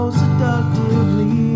seductively